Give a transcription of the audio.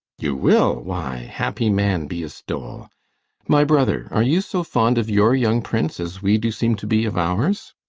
you will? why, happy man be s dole my brother, are you so fond of your young prince as we do seem to be of ours?